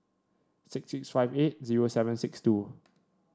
six six five eight zero seven six two